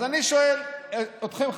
אז אני שואל אתכם,